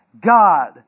God